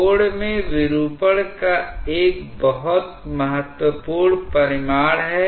कोण में विरूपण का एक बहुत महत्वपूर्ण परिमाण है